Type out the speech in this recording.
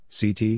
CT